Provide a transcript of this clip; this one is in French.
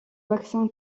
vaccin